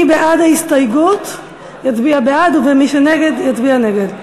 מי שבעד ההסתייגות יצביע בעד, ומי שנגד יצביע נגד.